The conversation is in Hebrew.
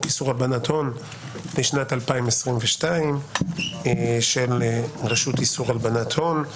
איסור הלבנת הון לשנת 2022 של רשות איסור הלבנת הון.